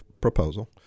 proposal